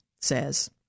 says